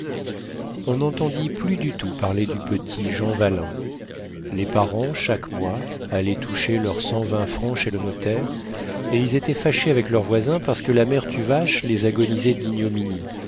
on n'entendit plus du tout parler du petit jean vallin les parents chaque mois allaient toucher leurs cent vingt francs chez le notaire et ils étaient fâchés avec leurs voisins parce que la mère tuvache les agonisait d'ignominies